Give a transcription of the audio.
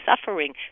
suffering